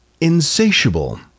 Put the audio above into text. insatiable